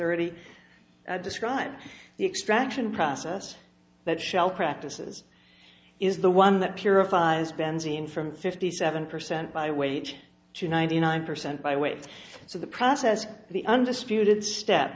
already described the extraction process that shell practices is the one that purifies benzene from fifty seven percent by wage to ninety nine percent by weight so the process the undisputed step